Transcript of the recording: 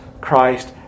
Christ